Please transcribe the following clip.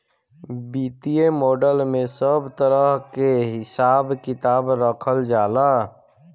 वित्तीय मॉडल में सब तरह कअ हिसाब किताब रखल जाला